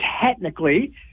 technically